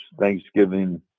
Thanksgiving